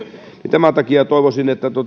tämän takia toivoisin että